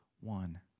one